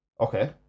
Okay